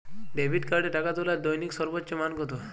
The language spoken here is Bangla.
ডেবিট কার্ডে টাকা তোলার দৈনিক সর্বোচ্চ মান কতো?